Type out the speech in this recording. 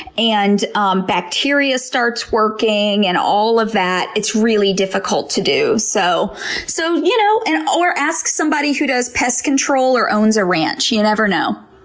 and um bacteria starts working, and all of that. it's really difficult to do. so so you know and or, ask somebody who does pest control or owns a ranch, you never know.